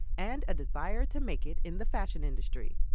and a desire to make it in the fashion industry.